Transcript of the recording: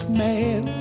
man